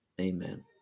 Amen